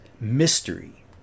mystery